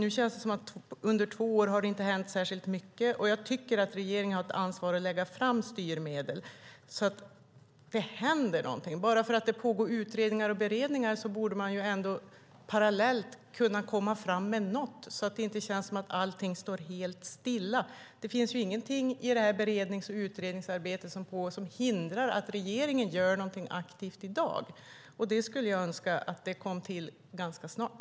Under två år har det inte hänt särskilt mycket. Jag tycker att regeringen har ett ansvar att lägga fram förslag på styrmedel så att det händer något. Bara för att det pågår utredningar och beredningar borde man ändå parallellt komma fram med något så att det inte känns som att allt står helt stilla. Det finns inget i det pågående berednings och utredningsarbetet som hindrar att regeringen gör något aktivt i dag. Det önskar jag sker snart.